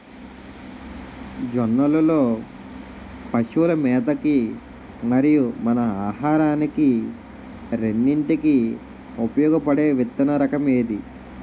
జొన్నలు లో పశువుల మేత కి మరియు మన ఆహారానికి రెండింటికి ఉపయోగపడే విత్తన రకం ఏది?